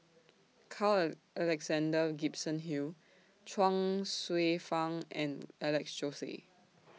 Carl Alexander Gibson Hill Chuang Hsueh Fang and Alex Josey